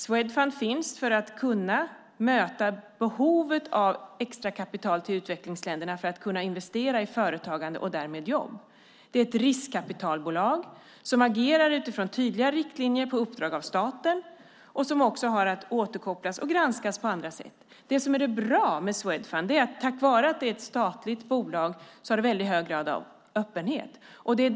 Swedfund finns för att kunna möta behovet av extra kapital till utvecklingsländerna för att man ska kunna investera i företagande och därmed jobb. Det är ett riskkapitalbolag som agerar utifrån tydliga riktlinjer på uppdrag av staten och som också ska återkoppla och granskas på andra sätt. Det som är bra med Swedfund är att det har väldigt hög grad av öppenhet tack vare att det är ett statligt bolag.